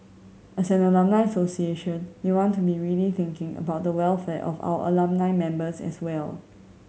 as an alumni association we want to be really thinking about the welfare of our alumni members as well